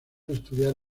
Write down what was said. estudiar